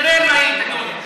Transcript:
נראה מה היא תדון.